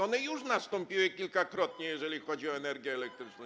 One już nastąpiły, kilkakrotnie, jeżeli chodzi o energię elektryczną.